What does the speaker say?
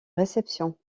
réception